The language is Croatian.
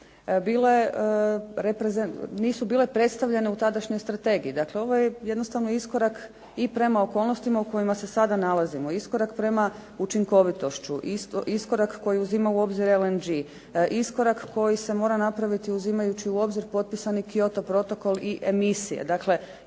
nisu bile predstavljene u tadašnjoj strategiji, dakle ovo je jednostavno iskorak prema okolnostima u kojima se sada nalazimo, iskorak prema učinkovitošću, iskorak koji uzima u obzir NLG iskorak koji se mora napraviti uzimajući u obzir potpisan Kyoto protokol i emisije. Dakle,